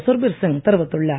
சுர்பிர் சிங் தெரிவித்துள்ளார்